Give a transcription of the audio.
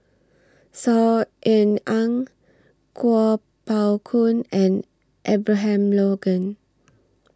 Saw Ean Ang Kuo Pao Kun and Abraham Logan